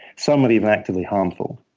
some are even actively harmful.